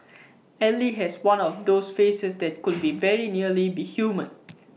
ally has one of those faces that could very nearly be human